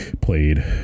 played